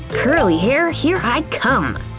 curly hair, here i come!